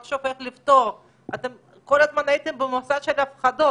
ובשביל זה אנחנו ביום שני יכולים להתכנס כאן לייצר מתווה לענף התרבות.